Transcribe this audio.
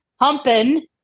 Humping